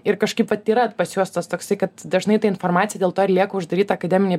ir kažkaip vat yra pas juos tas toksai kad dažnai tą informacija dėl to ir lieka uždaryta akademinėj